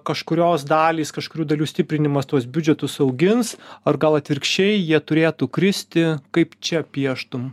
kažkurios dalys kažkurių dalių stiprinimas tuos biudžetus augins ar gal atvirkščiai jie turėtų kristi kaip čia pieštum